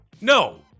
No